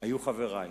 היו חברי,